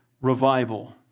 revival